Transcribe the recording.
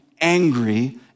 angry